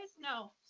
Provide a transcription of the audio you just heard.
No